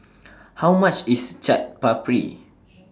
How much IS Chaat Papri